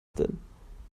denn